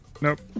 Nope